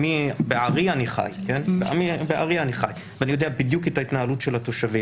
בעירי אני חי ואני מכיר בדיוק את ההתנהלות של התושבים.